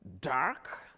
dark